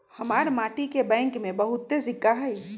हमरा माटि के बैंक में बहुते सिक्का हई